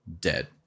dead